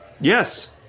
Yes